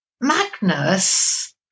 Magnus